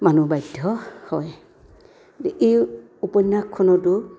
মানুহ বাধ্য হয় এই উপন্যাসখনতো